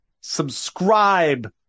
subscribe